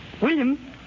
William